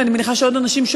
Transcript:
ואני מניחה שעוד אנשים,